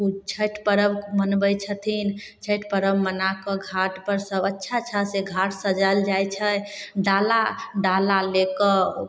छठि पर्ब मनबै छथिन छठि पर्ब मनाकऽ घाट पर सब अच्छा अच्छा से घाट सजायल जाइ छै डाला डाला लेकऽ